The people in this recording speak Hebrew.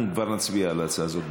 תצביע על ההצעה הזאת.